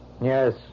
Yes